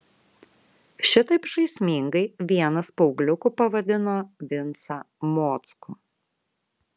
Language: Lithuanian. šitaip žaismingai vienas paaugliukų pavadino vincą mockų